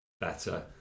better